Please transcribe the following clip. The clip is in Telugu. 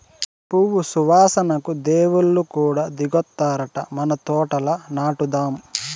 ఈ పువ్వు సువాసనకు దేవుళ్ళు కూడా దిగొత్తారట మన తోటల నాటుదాం